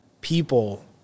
people